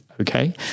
okay